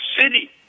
City